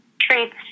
treats